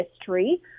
history